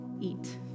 eat